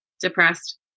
depressed